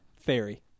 fairy